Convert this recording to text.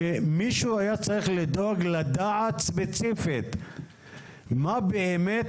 שמישהו היה צריך לדאוג לדעת ספציפית מה באמת